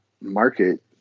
market